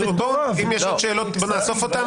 אם יש עוד שאלות, בואו נאסוף אותן.